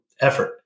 effort